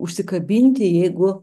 užsikabinti jeigu